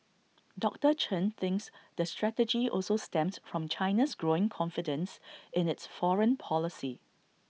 doctor Chen thinks the strategy also stems from China's growing confidence in its foreign policy